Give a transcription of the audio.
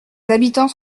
habitants